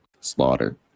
slaughter